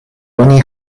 oni